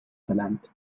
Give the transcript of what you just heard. verlangt